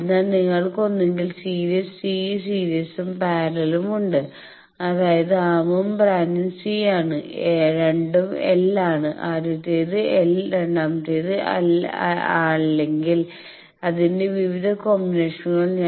അതിനാൽ നിങ്ങൾക്ക് ഒന്നുകിൽ സീരീസ് c സീരീസും പാരലലും ഉണ്ട് അതായത് ആമും ബ്രാഞ്ചും C ആണ് രണ്ടും L ആണ് ആദ്യത്തേത് l രണ്ടാമത്തേത് L അല്ലെങ്കിൽ അതിന്റെ വിവിധ കോമ്പിനേഷനുകൾ